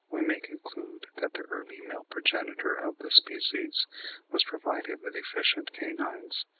we may conclude that the early male progenitor of the species was provided with efficient canines,